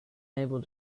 able